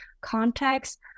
context